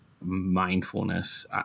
mindfulness